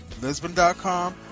Lisbon.com